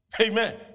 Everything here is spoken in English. Amen